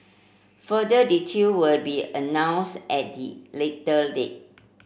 further detail will be announced at a later date